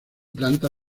planta